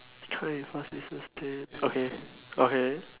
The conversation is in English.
okay okay